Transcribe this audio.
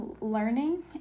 learning